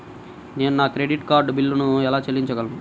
నేను నా credit card బిల్లును ఎలా చెల్లించగలను?